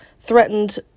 threatened